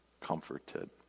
comforted